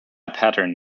pattern